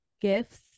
gifts